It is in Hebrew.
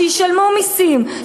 שישלמו מסים,